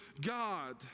God